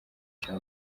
cya